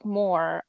more